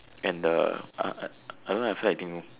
and the I I don't have feel like eating